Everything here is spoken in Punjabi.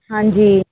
ਹਾਂਜੀ